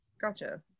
Gotcha